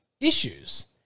issues